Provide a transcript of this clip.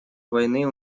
войны